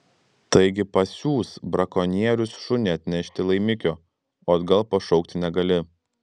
taigi pasiųs brakonierius šunį atnešti laimikio o atgal pašaukti negali